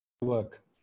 work